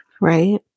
right